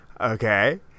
okay